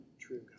true